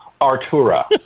Artura